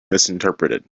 misinterpreted